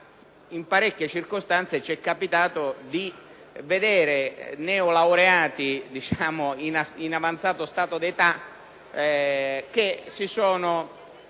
in parecchie circostanze ci è capitato di vedere neolaureati in avanzato stato di età che si sono